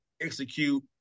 execute